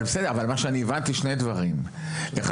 אני הבנתי שני דברים: א',